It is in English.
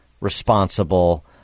responsible